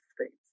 States